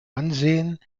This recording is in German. ansehen